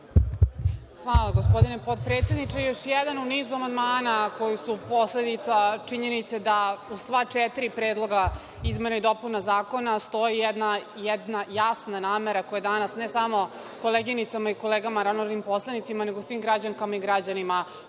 Hvala gospodine potpredsedničke. Još jedan u nizu amandmana koji su posledica činjenice da u sva četiri predloga izmena i dopuna zakona stoji jedna jasna namera koja je danas ne samo koleginicama i kolegama narodnim poslanicima, nego svim građanima i građankama